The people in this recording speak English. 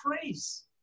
praise